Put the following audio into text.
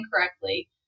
incorrectly